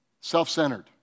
self-centered